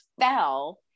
fell